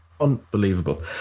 unbelievable